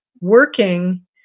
working